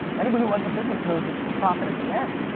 anybody who runs a business knows it's the profit at the end.